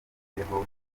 imbeho